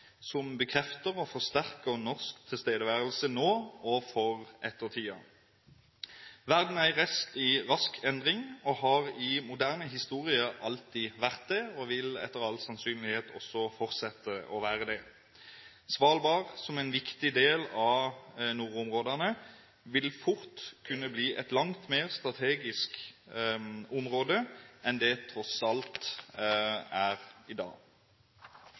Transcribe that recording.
som bekrefter og forsterker norsk tilstedeværelse nå og for ettertiden. Verden er i rask endring og har i moderne historie alltid vært det, og vil etter all sannsynlighet også fortsette å være det. Svalbard, som en viktig del av nordområdene, vil fort kunne bli et langt mer strategisk område enn det det tross alt er i dag.